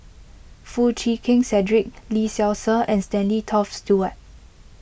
Foo Chee Keng Cedric Lee Seow Ser and Stanley Toft Stewart